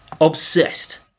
obsessed